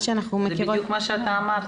שאנחנו מכירות --- זה בדיוק מה שאמרת,